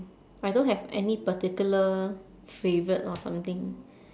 I don't have any particular favourite or something